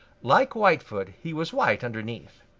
like whitefoot he was white underneath.